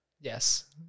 Yes